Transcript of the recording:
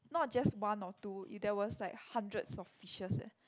not just one or two you there was like hundreds of fishes eh